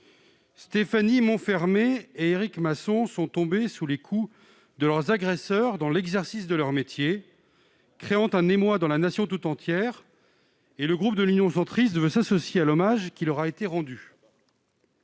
Stéphanie Monfermé et Éric Masson sont tombés sous les coups de leurs agresseurs dans l'exercice de leur métier, créant un émoi dans la Nation tout entière. Le groupe Union Centriste veut s'associer à l'hommage qui leur a été rendu.